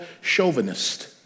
chauvinist